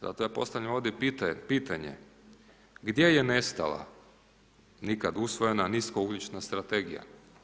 Zato ja postavljam ovdje pitanje gdje je nestala nikad usvojena nisko ugljična strategija?